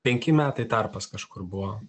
penki metai tarpas kažkur buvo